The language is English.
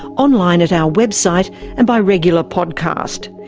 online at our website and by regular podcast.